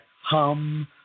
hum